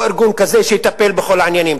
או ארגון כזה שיטפל בכל העניינים,